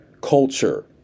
culture